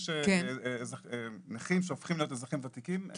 יש נכים שהופכים להיות אזרחים ותיקים.